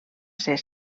ser